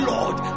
Lord